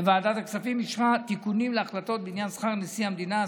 וועדת הכספים אישרה תיקונים להחלטות בעניין שכר נשיא המדינה,